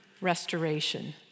restoration